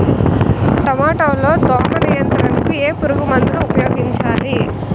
టమాటా లో దోమ నియంత్రణకు ఏ పురుగుమందును ఉపయోగించాలి?